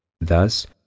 Thus